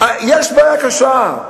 יש בעיה קשה.